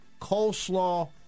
coleslaw